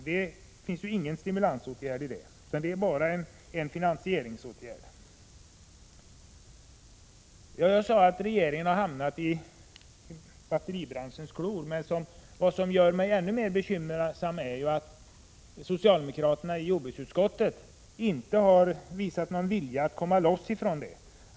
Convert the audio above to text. Det finns inget av stimulans i detta, utan det är bara en finansieringsåtgärd. Jag sade att regeringen har hamnat i batteribranschens klor. Vad som gör mig ännu mer bekymrad är att socialdemokraterna i jordbruksutskottet inte har visat någon vilja att komma loss därifrån.